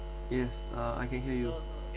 yes uh I can hear you